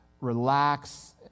relax